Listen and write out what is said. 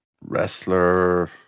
wrestler